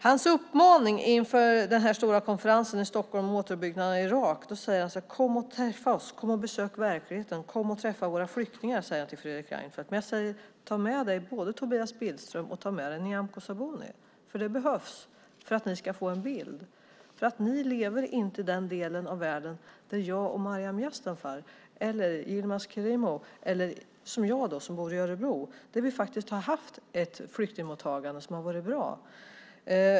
Hans uppmaning inför den stora konferensen i Stockholm om återuppbyggnaden i Irak säger han: Kom och träffa oss! Kom och besök verkligheten! Kom och träffa våra flyktingar! säger han till Fredrik Reinfeldt. Jag säger: Ta med det till Tobias Billström! Och ta med det, Nyamko Sabuni! För det behövs för att ni ska få en bild. Ni lever inte i den del av världen där jag, Maryam Yazdanfar eller Yilmaz Kerimo bor. Jag bor i Örebro. Där har vi haft ett flyktingmottagande som har varit bra.